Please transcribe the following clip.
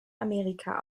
amerika